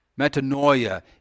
Metanoia